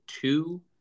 two